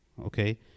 Okay